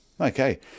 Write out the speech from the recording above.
Okay